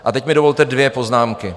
A teď mi dovolte dvě poznámky.